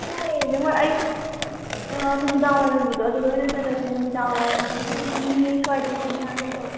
ꯍꯌꯦꯡꯁꯦ ꯍꯣꯏ ꯑꯌꯨꯛ ꯅꯨꯃꯤꯗꯥꯡꯋꯥꯏꯔꯝꯒꯤꯗꯣ ꯑꯗꯨꯗ ꯑꯣꯏꯅ ꯆꯠꯂꯁꯦ ꯅꯨꯃꯤꯗꯥꯡꯋꯥꯏꯔꯝꯒꯤꯁꯦ ꯄꯨꯡ ꯑꯅꯤ ꯁ꯭ꯋꯥꯏꯗꯩ ꯍꯧꯅꯤ ꯍꯥꯏꯒꯨꯝ ꯇꯧꯋꯦ